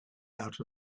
out